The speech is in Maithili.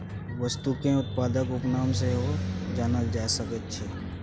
वस्तुकेँ उत्पादक उपनाम सँ सेहो जानल जा सकैत छै